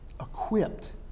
equipped